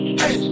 Hey